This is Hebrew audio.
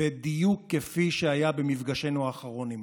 בדיוק כפי שהיה במפגשנו האחרון עימם.